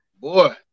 Boy